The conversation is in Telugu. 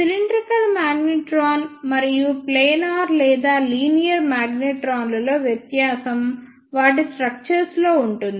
సిలిండ్రికల్ మాగ్నెట్రాన్ మరియు ప్లానార్ లేదా లీనియర్ మాగ్నెట్రాన్లలో వ్యత్యాసం వాటి స్ట్రక్చర్స్ లో ఉంటుంది